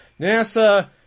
NASA